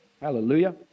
Hallelujah